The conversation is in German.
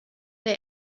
der